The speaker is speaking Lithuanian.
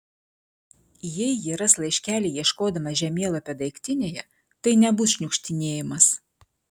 jei ji ras laiškelį ieškodama žemėlapio daiktinėje tai nebus šniukštinėjimas